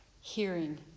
hearing